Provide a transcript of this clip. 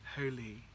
holy